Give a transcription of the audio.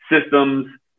systems